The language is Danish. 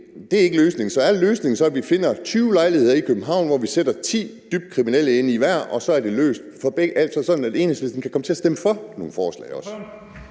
Det er ikke løsningen. Så er løsningen ikke, at vi finder 20 lejligheder i København og sætter 10 dybt kriminelle ind i hver, sådan at Enhedslisten også kan komme til at stemme for nogle forslag? Kl.